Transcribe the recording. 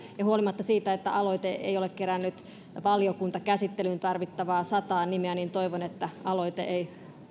ja huolimatta siitä että aloite ei ole kerännyt valiokuntakäsittelyyn tarvittavaa sataa nimeä toivon että aloite ei